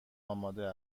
آمده